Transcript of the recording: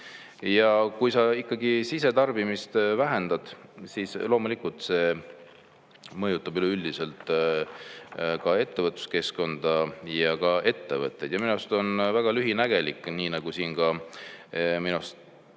Kui sa ikkagi sisetarbimist vähendad, siis loomulikult see mõjutab üleüldiselt ka ettevõtluskeskkonda ja ka ettevõtteid. Minu arust on väga lühinägelik, nii nagu siin ka minu